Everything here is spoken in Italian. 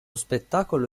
spettacolo